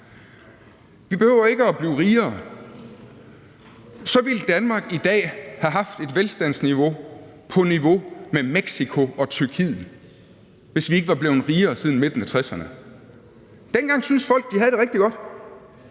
behøver blive rigere. Men så ville Danmark i dag have haft et velstandsniveau på niveau med Mexico og Tyrkiet, altså hvis vi ikke var blevet rigere siden midten af 1960'erne. Dengang syntes folk, at de havde det rigtig godt.